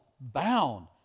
bound